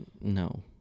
no